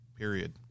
Period